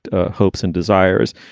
hopes and desires.